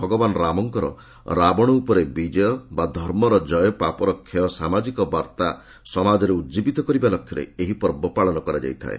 ଭଗବାନ ରାମଙ୍କର ରାବଣ ଉପରେ ବିଜୟ ବା ଧର୍ମର ଜୟ ପାପର କ୍ଷୟ ସାମାଜିକ ବାର୍ତ୍ତା ସମାଜରେ ଉଜ୍ଜୀବିତ କରିବା ଲକ୍ଷ୍ୟରେ ଏହି ପର୍ବ ପାଳନ କରାଯାଇଥାଏ